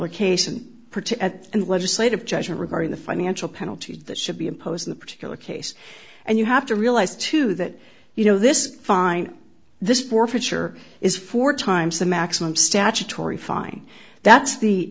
and legislative judgment regarding the financial penalty that should be imposed in the particular case and you have to realize too that you know this fine this forfeiture is four times the maximum statutory fine that's the